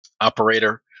operator